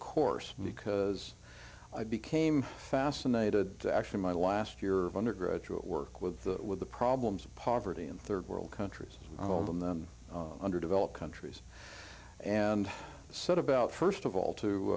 course because i became fascinated actually my last year of undergraduate work with the with the problems of poverty in rd world countries all of them the underdeveloped countries and set about st of all